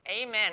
amen